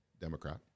Democrat